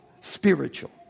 spiritual